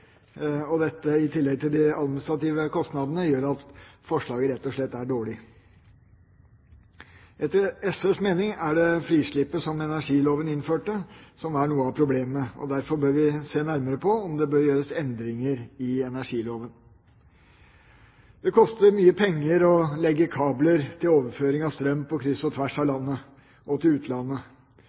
stige. Dette, i tillegg til de administrative kostnadene, gjør at forslaget rett og slett er dårlig. Etter SVs mening er det frislippet, som energiloven innførte, som er noe av problemet, og derfor bør vi se nærmere på om det bør gjøres endringer i energiloven. Det koster mye penger å legge kabler til overføring av strøm på kryss og tvers av landet – og til utlandet.